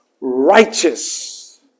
Righteous